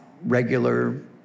regular